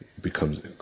becomes